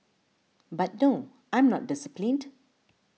but no I'm not disciplined